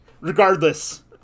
Regardless